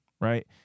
right